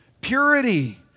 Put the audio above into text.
purity